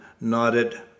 nodded